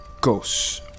ghosts